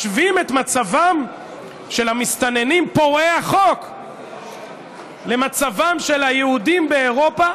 משווים את מצבם של המסתננים פורעי החוק למצבם של היהודים באירופה,